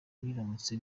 biramutse